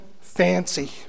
fancy